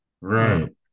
Right